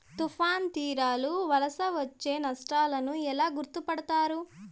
తుఫాను తీరాలు వలన వచ్చే నష్టాలను ఎలా గుర్తుపడతారు?